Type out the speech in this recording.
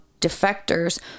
defectors